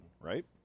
right